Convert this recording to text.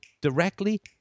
directly